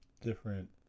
different